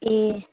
ए